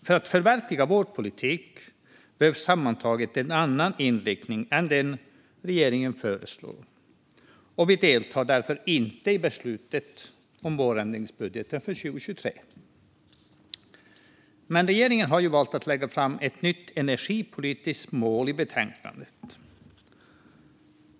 För att förverkliga vår politik behövs sammantaget en annan inriktning än den som regeringen föreslår, och vi deltar därför inte i beslutet om vårändringsbudgeten för 2023. Regeringen har dock valt att lägga fram ett nytt energipolitiskt mål.